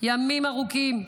ימים ארוכים,